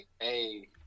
hey